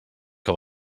que